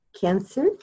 cancer